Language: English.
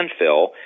landfill